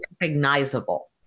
recognizable